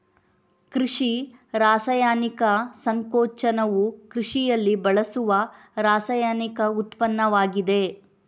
ಕೃಷಿ ರಾಸಾಯನಿಕ ಸಂಕೋಚನವು ಕೃಷಿಯಲ್ಲಿ ಬಳಸುವ ರಾಸಾಯನಿಕ ಉತ್ಪನ್ನವಾಗಿದೆ